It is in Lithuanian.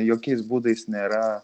jokiais būdais nėra